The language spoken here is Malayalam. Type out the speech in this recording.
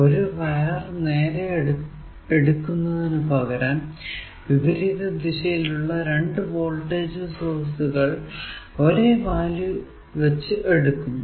ഒരു വയർ നേരെ എടുക്കുന്നതിനു പകരം വിപരീത ദിശയിലുള്ള രണ്ടു വോൾടേജ് സോഴ്സുകൾ ഒരേ വാല്യൂ വച്ച് എടുക്കുന്നു